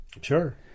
Sure